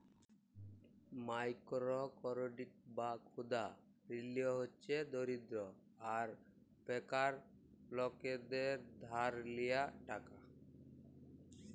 micro credit বা ক্ষুদা ঋল হছে দরিদ্র আর বেকার লকদের ধার লিয়া টাকা